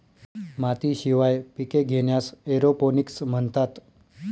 मातीशिवाय पिके घेण्यास एरोपोनिक्स म्हणतात